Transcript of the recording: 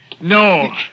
No